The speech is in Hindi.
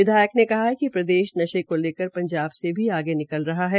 विधायक ने कहा कि प्रेदश नशे को लेकर पंजाब से भी आगे निकल रहा है